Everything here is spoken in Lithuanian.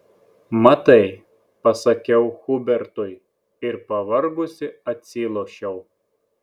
matai pasakiau hubertui ir pavargusi atsilošiau